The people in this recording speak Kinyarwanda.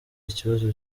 ikibazo